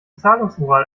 zahlungsmoral